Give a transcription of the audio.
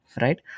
right